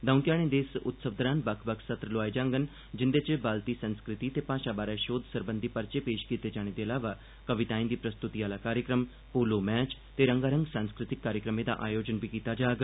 दौं ध्याड़ें दे इस उत्सव दौरान बक्ख बक्ख सत्र लोआए जाङन जिंदे च बालती सांस्कृति ते भाषा बारै शोध सरबंधी पर्वे पेश जाने दे अलावा कविताएं दी प्रस्तुति आह्ला कार्यक्रम पोलो मैच ते रंगारंग सांस्कृतिक कार्यक्रमें दा आयोजन बी कीता जाग